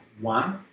One